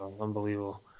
unbelievable